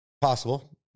Possible